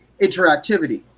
interactivity